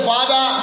Father